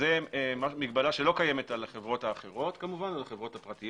זו מגבלה שלא קיימת על החברות האחרות, הפרטיות.